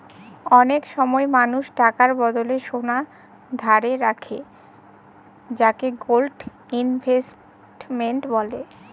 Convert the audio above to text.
অনেক সময় মানুষ টাকার বদলে সোনা ধারে রাখে যাকে গোল্ড ইনভেস্টমেন্ট বলে